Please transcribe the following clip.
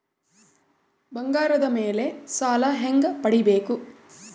ಬಂಗಾರದ ಮೇಲೆ ಸಾಲ ಹೆಂಗ ಪಡಿಬೇಕು?